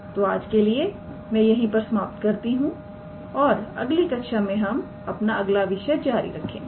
तो आज के लिए मैं यहीं पर समाप्त करती हूं और अगली कक्षा में हम अपना अगला विषय जारी रखेंगे